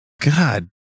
God